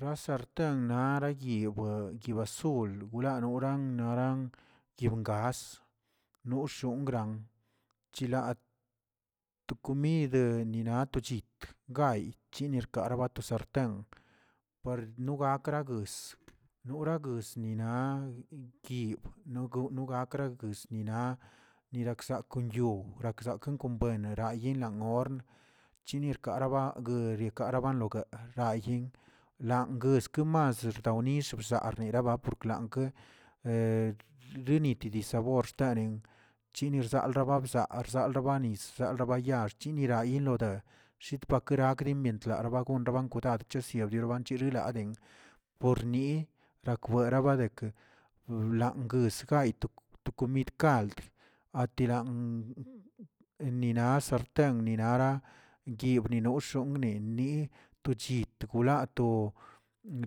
Ra sarten nara yibieꞌ yibesul wlanoran noran yon gass, wxon gran chilaa to komidə nina to chit gayꞌ chini rkara bato sarten par nogakra goss, nora goss nina nkiwb no gow nogakra wis nina niraksak kon yuu wniraksakan kon buene meranliyana gorṉ, chini rkaraba gori rkarabanlo layen langoske mas ziwtalnix bzaa niraba por lankə renit dii sabor xstaren, chini xzalraba xzaar xzalzabanis, xzalza ba yaax, chini, yarin lode xshitbakriminzaa rabagon raban kwidad chesieyelmban chiriladen por nii eakwera badekə wlanguus gay tuk tukomid kald atiran eniran sarten, ninara guibnino xonꞌnini to chit golatoo